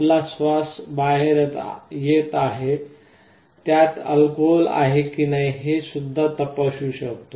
आपला श्वास बाहेर येत आहे त्यात अल्कोहोल आहे की नाही हे सुद्धा तपासू शकते